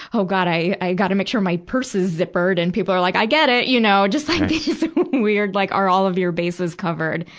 oh, god. i, i gotta make sure my purse is zippered. and people are, like, i get it. you know. just, like, bases weird, like all of your bases covered,